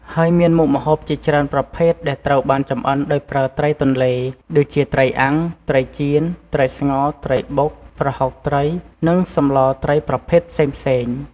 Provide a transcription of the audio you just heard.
ហើយមានមុខម្ហូបជាច្រើនប្រភេទដែលត្រូវបានចម្អិនដោយប្រើត្រីទន្លេ ដូចជាត្រីអាំង ត្រីចៀន ត្រីស្ងោរ ត្រីបុក ប្រហុកត្រី និងសម្លត្រីប្រភេទផ្សេងៗ។